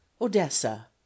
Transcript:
odessa